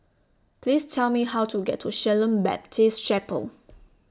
Please Tell Me How to get to Shalom Baptist Chapel